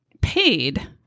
paid